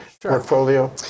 portfolio